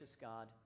God